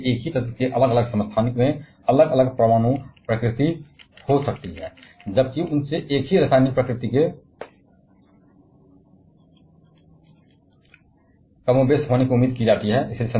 और इसलिए एक ही तत्व के विभिन्न समस्थानिकों में भिन्न परमाणु प्रकृति हो सकती है जबकि उनसे एक ही रासायनिक प्रकृति के कम या ज्यादा होने की उम्मीद की जाती है